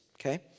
okay